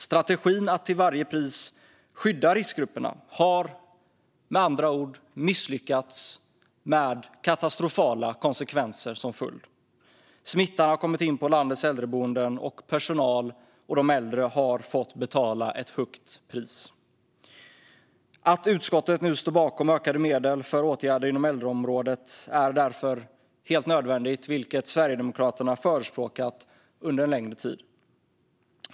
Strategin att till varje pris skydda riskgrupperna har med andra ord misslyckats, med katastrofala konsekvenser som följd. Smittan har kommit in på landets äldreboenden, och personal och de äldre har fått betala ett högt pris. Utskottet står nu bakom ökade medel för åtgärder inom äldreområdet. Det är helt nödvändigt, vilket Sverigedemokraterna förespråkat under en längre tid.